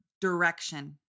direction